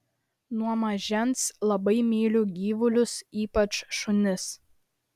nuo mažens labai myliu gyvulius ypač šunis